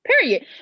period